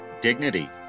Dignity